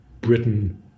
Britain